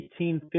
1850